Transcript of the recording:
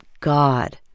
God